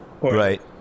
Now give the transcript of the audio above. Right